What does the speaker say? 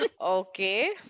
Okay